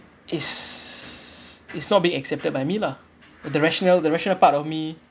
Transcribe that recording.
is is not being accepted by me lah the rationale the rational part of me